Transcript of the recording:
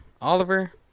Oliver